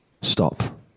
Stop